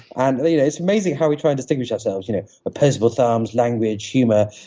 and it's amazing how we try and distinguish ourselves you know opposable thumbs, language, humor,